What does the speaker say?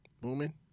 booming